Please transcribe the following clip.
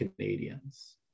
Canadians